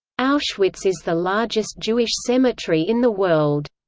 auschwitz is the largest jewish cemetery in the world.